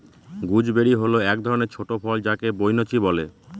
gooseberry হল এক ধরনের ছোট ফল যাকে বৈনচি বলে